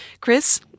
Chris